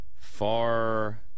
Far